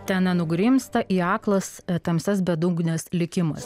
ten nenugrimzta į aklas tamsias bedugnes likimas